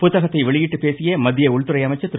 புத்தகத்தை வெளியிட்டு பேசிய மத்திய உள்துறை அமைச்சர் திரு